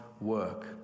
work